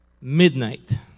midnight